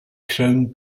crown